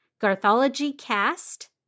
GarthologyCast